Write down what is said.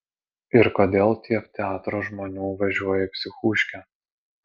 ir kodėl tiek teatro žmonių važiuoja į psichuškę